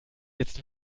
jetzt